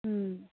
ꯎꯝ